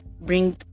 bring